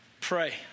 pray